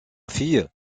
fille